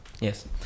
Yes